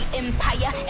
empire